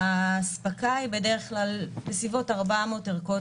האספקה היא בדרך כלל בסביבות 400 ערכות